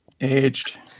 Aged